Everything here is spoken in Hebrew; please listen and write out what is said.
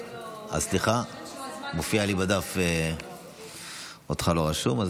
סליחה, לא מופיע לי בדף שאתה רשום.